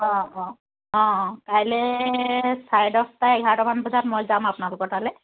অঁ অঁ অঁ অঁ কাইলে চাৰে দহটা এঘাৰটামান বজাত মই যাম আপোনালোকৰ তালে